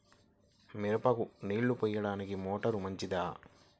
మిరపకు నీళ్ళు పోయడానికి మోటారు మంచిదా?